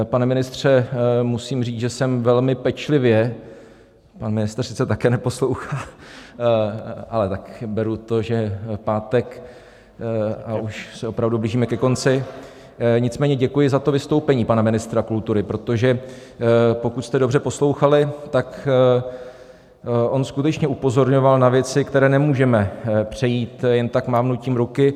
Pane ministře, musím říct, že jsem velmi pečlivě pan ministr sice také neposlouchá, ale tak beru to, že je pátek a už se opravdu blížíme ke konci nicméně děkuji za vystoupení pana ministra kultury, protože pokud jste dobře poslouchali, tak on skutečně upozorňoval na věci, které nemůžeme přejít jen tak mávnutím ruky.